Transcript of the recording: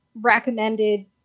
recommended